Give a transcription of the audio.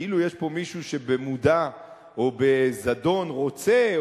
כאילו יש פה מישהו שבמודע או בזדון רוצה,